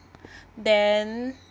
then